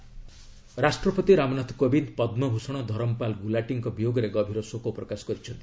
ଧରମ ପାଲ୍ ଗୁଲାଟି ରାଷ୍ଟ୍ରପତି ରାମନାଥ କୋବିନ୍ଦ ପଦ୍କଭୂଷଣ ଧରମ୍ ପାଲ୍ ଗୁଲାଟିଙ୍କ ବିୟୋଗରେ ଗଭୀର ଶୋକ ପ୍ରକାଶ କରିଛନ୍ତି